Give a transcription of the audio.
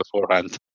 beforehand